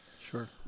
sure